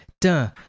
duh